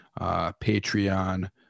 Patreon